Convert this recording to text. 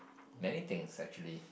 many things actually